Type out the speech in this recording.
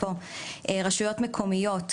רשויות מקומיות,